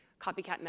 copycat